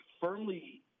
firmly